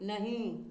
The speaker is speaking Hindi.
नहीं